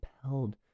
compelled